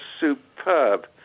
superb